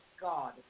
God